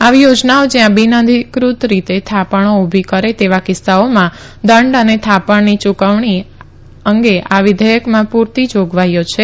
આવી યોજનાઓ જયાં બિનઅધિક઼ત રીતે થાપણો ઉભી કરે તેવા કિસ્સાઓમાં દંડ અને થાપણની યુકવણી અંગે વિધેયકમાં પુરતી જાગવાઈઓ છે